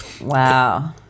Wow